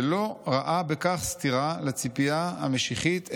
ולא ראה בכך סתירה לציפייה המשיחית,